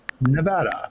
Nevada